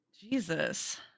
Jesus